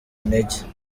intege